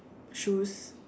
shoes